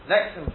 next